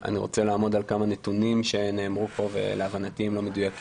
אני רוצה לעמוד על כמה נתונים שנאמרו פה והם לחלוטין מדויקים,